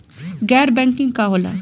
गैर बैंकिंग का होला?